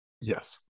Yes